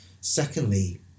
secondly